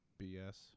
BS